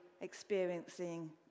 experiencing